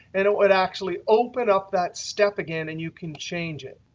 and it would actually open up that step again, and you can change it.